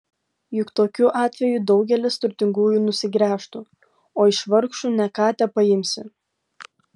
juk tokiu atveju daugelis turtingųjų nusigręžtų o iš vargšų ne ką tepaimsi